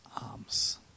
arms